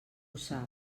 sap